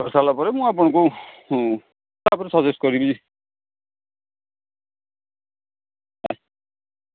କରିସାରିଲା ପରେ ମୁଁ ଆପଣଙ୍କୁ ତାପରେ ସଜେଷ୍ଟ କରିବି